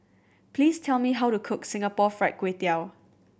please tell me how to cook Singapore Fried Kway Tiao